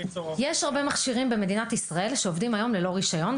יש הרבה מכשירים במדינת ישראל שעובדים היום ללא רישיון,